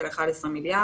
של 11 מיליארד.